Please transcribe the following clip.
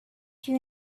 you